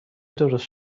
درست